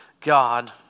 God